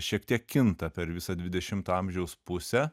šiek tiek kinta per visą dvidešimto amžiaus pusę